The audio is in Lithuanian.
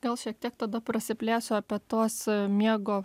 gal šiek tiek tada prasiplėsiu apie tuos miego